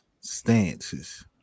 stances